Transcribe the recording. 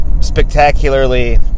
spectacularly